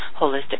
Holistic